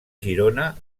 girona